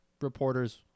reporters